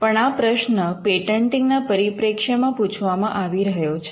પણ આ પ્રશ્ન પેટન્ટિંગ ના પરિપ્રેક્ષ્યમાં પૂછવામાં આવી રહ્યો છે